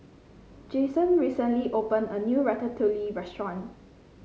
Jason recently opened a new Ratatouille restaurant